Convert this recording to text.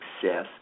success